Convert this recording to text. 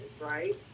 right